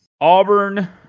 Auburn